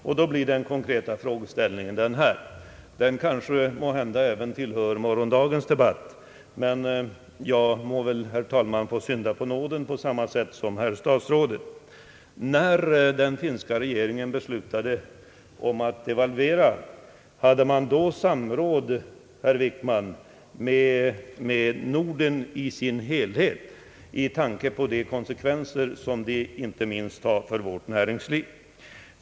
Den fråga jag vill ställa i anslutning härtill hör kanske också till morgondagens debatt, men jag får väl synda på nåden på samma sätt som statsrådet: När den finska regeringen beslutade devalvera, hade man då samråd med de övriga regeringarna i Norden med tanke på de konsekvenser som åtgärden skulle medföra för de andra nordiska länderna?